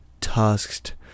tusked